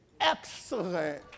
excellent